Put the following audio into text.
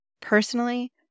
Personally